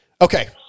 Okay